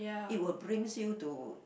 it will brings you to